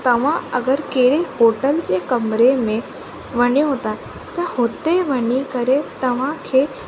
तव्हां अगरि कहिड़े होटल जे कमिरे में वञो त त हुते वञी करे तव्हांखे